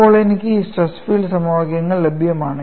ഇപ്പോൾ എനിക്ക് ഈ സ്ട്രെസ് ഫീൽഡ് സമവാക്യങ്ങൾ ലഭ്യമാണ്